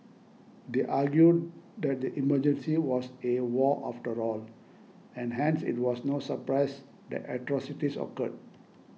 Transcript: they argue that the Emergency was a war after all and hence it was no surprise that atrocities occurred